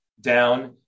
down